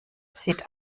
sieht